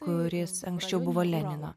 kuris anksčiau buvo lenino